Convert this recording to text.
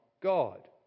God